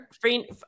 free